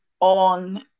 on